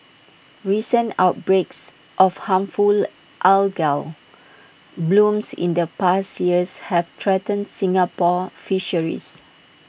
recent outbreaks of harmful algal blooms in the past years have threatened Singapore fisheries